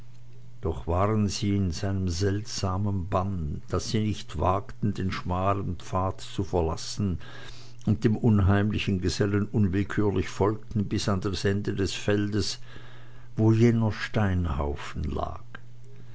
dazu waren sie in einem seltsamen bann daß sie nicht wagten den schmalen pfad zu verlassen und dem unheimlichen gesellen unwillkürlich folgten bis an das ende des feldes wo jener ungerechte steinhaufen lag